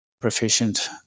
proficient